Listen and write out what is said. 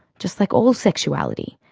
just like all sexuality,